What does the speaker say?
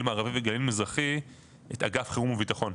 המערבי והגליל המזרחי את אגף חירום וביטחון,